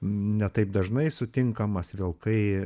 ne taip dažnai sutinkamas vilkai